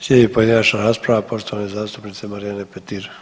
Slijedi pojedinačna rasprava, poštovane zastupnice Marijane Petir.